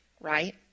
right